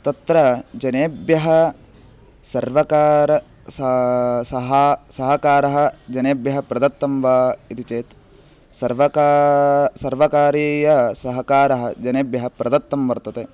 तत्र जनेभ्यः सर्वकारः सा सहा सहकारः जनेभ्यः प्रदत्तं वा इति चेत् सर्वका सर्वकारीयसहकारः जनेभ्यः प्रदत्तं वर्तते